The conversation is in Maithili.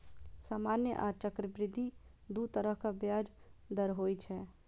सामान्य आ चक्रवृद्धि दू तरहक ब्याज दर होइ छै